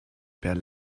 per